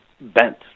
bent